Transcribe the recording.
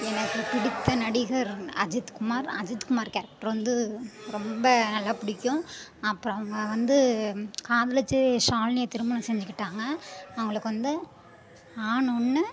எனக்கு பிடித்த நடிகர் அஜித்குமார் அஜித்குமார் கேரக்டர் வந்து ரொம்ப நல்ல பிடிக்கும் அப்றம் அவங்க வந்து காதலித்து ஷாலினியை திருமணம் செஞ்சுக்கிட்டாங்க அவங்களுக்கு வந்து ஆண் ஒன்று